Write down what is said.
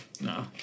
no